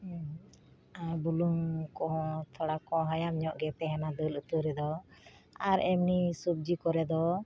ᱵᱩᱞᱩᱝ ᱠᱚᱦᱚᱸ ᱛᱷᱚᱲᱟ ᱦᱟᱭᱟᱢ ᱧᱚᱜ ᱜᱮ ᱛᱟᱦᱮᱱᱟ ᱫᱟᱹᱞ ᱩᱛᱩ ᱨᱮᱫᱚ ᱟᱨ ᱮᱢᱱᱤ ᱥᱚᱵᱡᱤ ᱠᱚᱨᱮ ᱫᱚ